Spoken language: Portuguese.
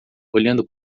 olhando